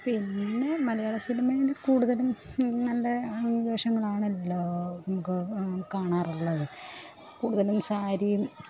പിന്നെ മലയാളസിനിമയിൽ കൂടുതലും നല്ല വേഷങ്ങളാണല്ലോ നമുക്ക് കാണാറുള്ളത് കൂടുതലും സാരിയും